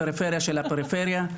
הפריפריה של הפריפריה.